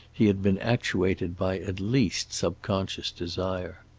he had been actuated by at least subconscious desire.